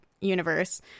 universe